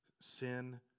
Sin